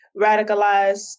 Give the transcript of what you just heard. radicalized